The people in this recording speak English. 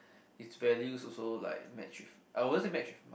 its values also like match with I also match with my